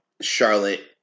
Charlotte